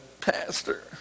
pastor